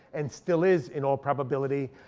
and still is in all probability.